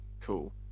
Cool